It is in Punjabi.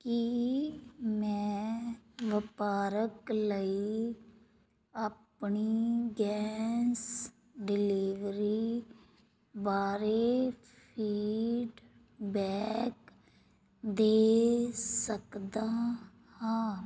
ਕੀ ਮੈਂ ਵਪਾਰਕ ਲਈ ਆਪਣੀ ਗੈਸ ਡਲੀਵਰੀ ਬਾਰੇ ਫੀਡਬੈਕ ਦੇ ਸਕਦਾ ਹਾਂ